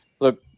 look